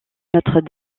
notre